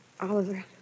Oliver